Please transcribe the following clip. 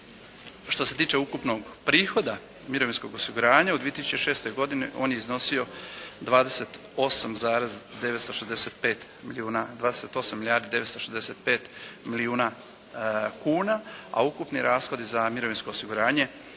što se tiče ukupnog prihoda mirovinskog osiguranja u 2006. godini on je iznosio 28,965 milijuna, 28 milijardi 965 milijuna kuna. A ukupni rashodi za mirovinsko osiguranje